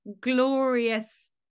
glorious